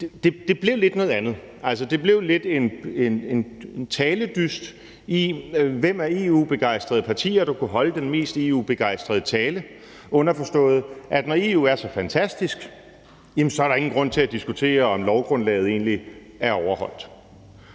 det blev lidt noget andet. Altså, det blev lidt en taledyst om, hvem af de EU-begejstrede partier der kunne holde den mest EU-begejstrede tale, underforstået, at når EU er så fantastisk, jamen så er der ingen grund til at diskutere, om lovgrundlaget egentlig er overholdt.